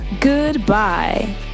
Goodbye